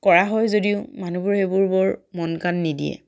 কৰা হয় যদিও মানুহবোৰে সেইবোৰ বৰ মন কাণ নিদিয়ে